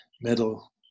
metal